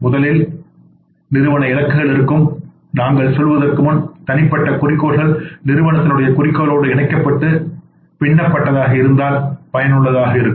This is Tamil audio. மற்றும் முதலில் நிறுவன இலக்குகள் இருக்கும் நீங்கள் சொல்வதற்கு முன் தனிப்பட்ட குறிக்கோள்கள் நிறுவனத்தினுடைய குறிக்கோளோடு இணைக்கப்பட்டு பின்னப்பட்டதாக இருந்தால் பயனுள்ளதாக இருக்கும்